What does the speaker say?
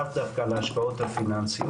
לאו דווקא על ההשפעות הפיננסיות,